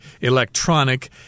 electronic